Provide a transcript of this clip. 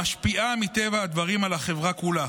המשפיעה, מטבע הדברים, על החברה כולה.